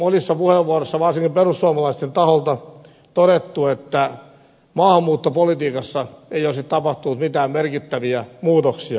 täällä on monissa puheenvuoroissa varsinkin perussuomalaisten taholta todettu että maahanmuuttopolitiikassa ei olisi tapahtunut mitään merkittäviä muutoksia